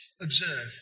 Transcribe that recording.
Observe